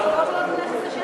(תיקון מס' 35),